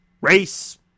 race